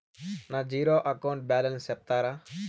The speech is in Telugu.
నా జీరో అకౌంట్ బ్యాలెన్స్ సెప్తారా?